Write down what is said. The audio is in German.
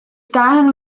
dahin